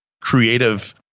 creative